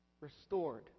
restored